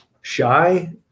shy